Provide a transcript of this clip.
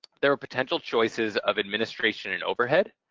there were potential choices of administration and overhead,